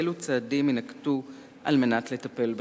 ואילו צעדים יינקטו על מנת לטפל בכך?